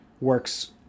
works